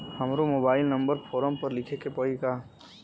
हमरो mobile number forum पर लिखे के पड़ी का?